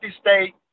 State